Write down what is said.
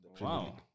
Wow